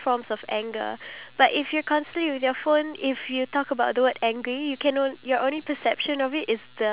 I feel like it's a good idea for you to implement group chats when it comes to games so that